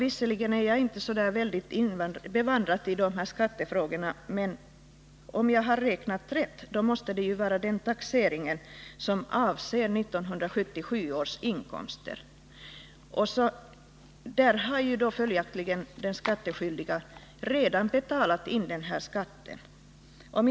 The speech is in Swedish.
Visserligen är jag inte så bevandrad i dessa skattefrågor, men om jag har räknat rätt måste det vara den taxering som avser 1977 års inkomster. Följaktligen har den skattskyldige redan betalat in den skatt det här gäller.